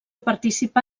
participà